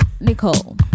Nicole